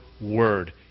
word